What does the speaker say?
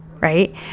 Right